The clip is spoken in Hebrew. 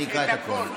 אני אקרא את הכול.